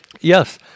Yes